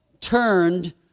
turned